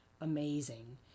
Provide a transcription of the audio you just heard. amazing